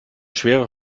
schwere